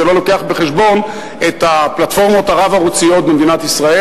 זה לא מביא בחשבון את הפלטפורמות הרב-ערוציות במדינת ישראל,